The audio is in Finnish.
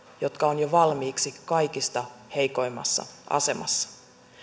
jotka ovat jo valmiiksi kaikista heikoimmassa asemassa